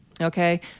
Okay